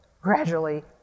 gradually